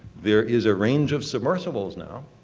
there is a range of submersibles now.